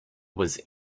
was